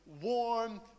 warm